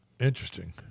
Interesting